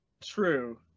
True